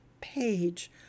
page